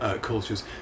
cultures